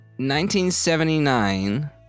1979